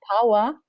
power